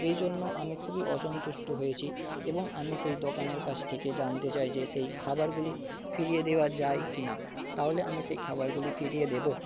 এই জন্য আমি খুবই অসন্তুষ্ট হয়েছি এবং আমি সেই দোকানের কাছ থেকে জানতে চাই যে সেই খাবারগুলি ফিরিয়ে দেওয়া যায় কিনা তাহলে আমি সেই খাবারগুলি ফিরিয়ে দেব